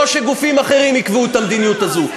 לא שגופים אחרים יקבעו את המדיניות הזו.